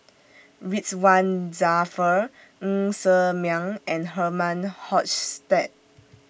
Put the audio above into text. Ridzwan Dzafir Ng Ser Miang and Herman Hochstadt